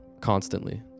constantly